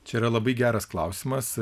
čia yra labai geras klausimas